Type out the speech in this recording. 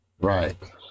Right